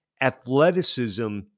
athleticism